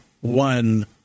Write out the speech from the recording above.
one